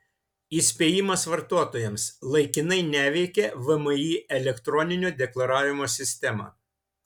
įspėjimas vartotojams laikinai neveikia vmi elektroninio deklaravimo sistema